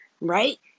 right